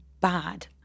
bad